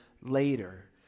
later